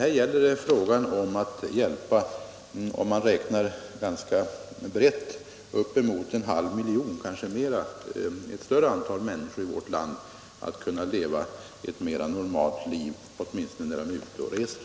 Här gäller det att hjälpa bortåt en halv miljon människor, kanske ännu fler, i vårt land att leva ett mer normalt liv, åtminstone när de är ute och reser.